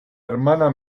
hermana